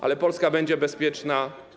Ale Polska będzie bezpieczna.